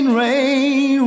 rain